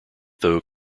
though